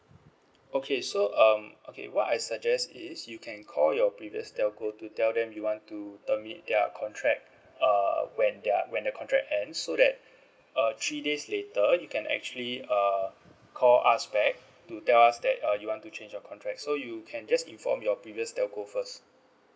okay so um okay what I suggest is you can call your previous telco to tell them you want to terminate their contract uh when they're when the contract end so that err three days later you can actually err call us back to tell us that uh you want to change your contract so you can just inform your previous telco first